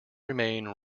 remain